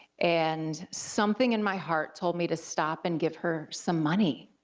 and something in my heart told me to stop and give her some money,